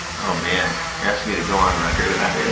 oh, man. you're asking me to go on record about this?